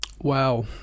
Wow